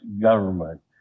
government